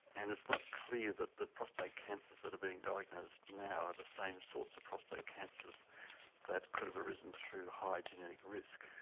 and it's not clear that the prostate cancers that are being diagnosed now are the same sorts of prostate cancers that could have arisen through high genetic risk.